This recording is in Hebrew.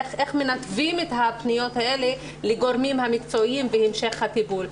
איך מנתבים את הפניות האלה לגורמים המקצועיים והמשך הטיפול.